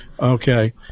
Okay